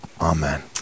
Amen